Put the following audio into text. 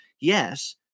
yes